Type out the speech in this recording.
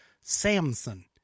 Samson